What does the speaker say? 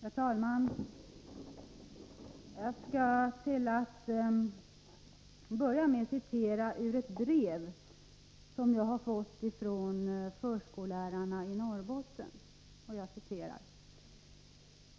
Herr talman! Jag skall till att börja med citera ur ett brev som jag fått från förskollärarna i Norrbotten: